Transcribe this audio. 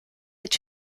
est